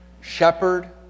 Shepherd